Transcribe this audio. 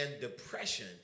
depression